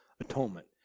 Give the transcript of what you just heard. atonement